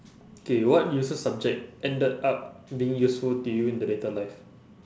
K what useless subject ended up being useful to you in the later life